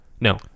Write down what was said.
no